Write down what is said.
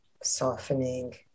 softening